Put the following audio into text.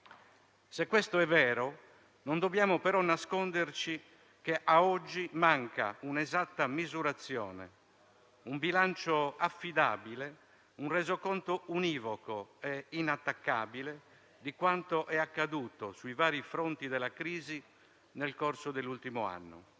Se questo è vero, non dobbiamo però nasconderci che ad oggi mancano un'esatta misurazione, un bilancio affidabile, un resoconto univoco e inattaccabile di quanto è accaduto sui vari fronti della crisi nel corso dell'ultimo anno.